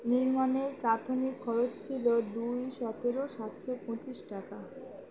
নির্মাণের প্রাথমিক খরচ ছিল দুই সতেরো সাতশো পঁচিশ টাকা